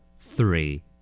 three